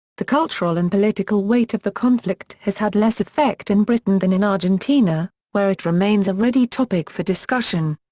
the cultural and political weight of the conflict has had less effect in britain than in argentina, where it remains a ready topic for discussion.